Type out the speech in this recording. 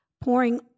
pouring